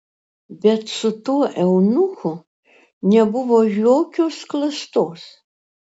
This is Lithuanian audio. bet su tuo eunuchu nebuvo jokios klastos